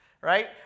Right